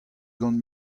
gant